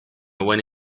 buena